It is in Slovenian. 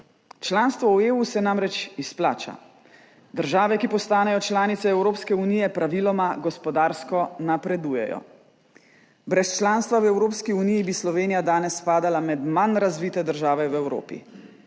Članstvo v EU se namreč izplača. Države, ki postanejo članice Evropske unije, praviloma gospodarsko napredujejo. Brez članstva v Evropski uniji bi Slovenija danes spadala med manj razvite države v Evropi.